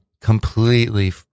completely